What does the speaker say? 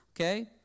Okay